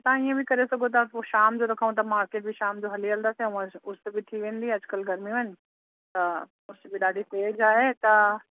त तव्हां ईअं बि करे सघो था पोइ शाम जो रखूं त मूंखे बि शाम जो हली हलंदासीं ऐं अस उस बि थी वेंदी आहे अॼकल्ह गर्मियूं आहिनि त उस बि ॾाढी तेज आहे त